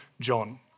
John